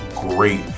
great